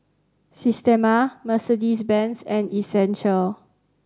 Systema Mercedes Benz and Essential